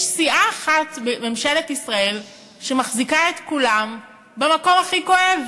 יש סיעה אחת בממשלת ישראל שמחזיקה את כולם במקום הכי כואב.